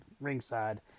ringside